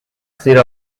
زیر